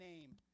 name